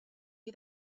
you